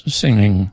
singing